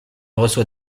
reçoit